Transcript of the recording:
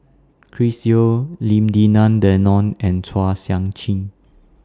Chris Yeo Lim Denan Denon and Chua Sian Chin